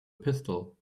pistol